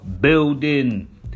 building